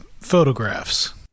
photographs